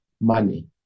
money